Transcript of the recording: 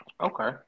Okay